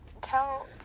tell